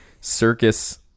circus